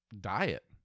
diet